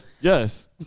Yes